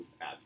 app